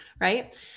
Right